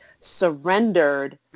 surrendered